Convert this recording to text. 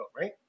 right